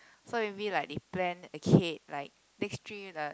so maybe like they plan a kid like next three the